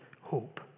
hope